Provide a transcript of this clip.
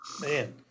Man